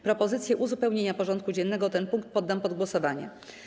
Propozycję uzupełnienia porządku dziennego o ten punkt poddam pod głosowanie.